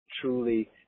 truly